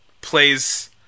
plays